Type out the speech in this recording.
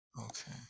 Okay